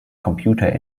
computer